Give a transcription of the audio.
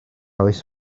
oes